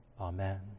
Amen